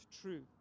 true